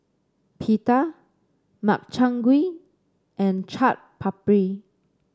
Pita Makchang Gui and Chaat Papri